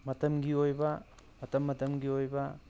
ꯃꯇꯝꯒꯤ ꯑꯣꯏꯕ ꯃꯇꯝ ꯃꯇꯝꯒꯤ ꯑꯣꯏꯕ